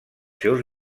seus